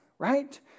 Right